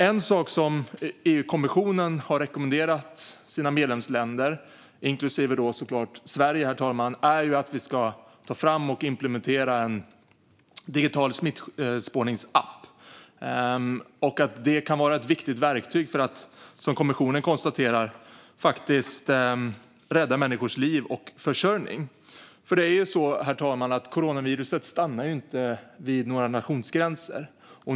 En sak som EU-kommissionen har rekommenderat medlemsländerna - inklusive såklart Sverige, herr talman - är att vi ska ta fram och implementera en digital smittspårningsapp. Det kan vara ett viktigt verktyg för att, som kommissionen konstaterar, rädda människors liv och försörjning. Herr talman! Coronaviruset stannar inte vid några nationsgränser.